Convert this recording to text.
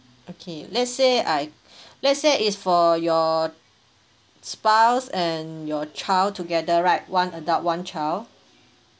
okay let's say I let's say is for your spouse and your child together right one adult one child